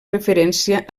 referència